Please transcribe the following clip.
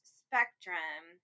spectrum